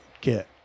get